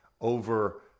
over